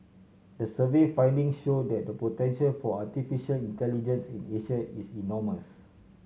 the survey finding show that the potential for artificial intelligence in Asia is enormous